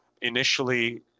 initially